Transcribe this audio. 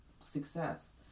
success